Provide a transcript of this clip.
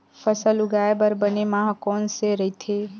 फसल उगाये बर बने माह कोन से राइथे?